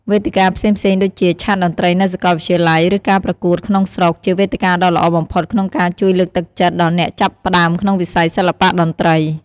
វេទិកាផ្សេងៗដូចជា ឆាកតន្ត្រីនៅសាកលវិទ្យាល័យ ឬការប្រកួតក្នុងស្រុក ជាវេទិកាដ៏ល្អបំផុតក្នុងជួយលើកទឹកចិត្តដល់អ្នកចាប់ផ្ដើមក្នុងវិស័យសិល្បៈតន្ត្រី។